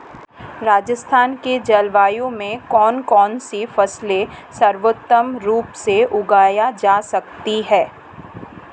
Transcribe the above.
राजस्थान की जलवायु में कौन कौनसी फसलें सर्वोत्तम रूप से उगाई जा सकती हैं?